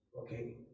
Okay